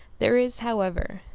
there is, however,